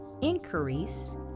increase